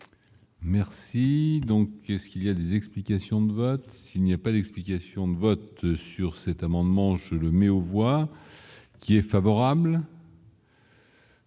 Merci donc qu'est ce qu'il y a des explications de vote, s'il n'y a pas d'explication de vote sur cet amendement, je le mets aux voix qui est favorable.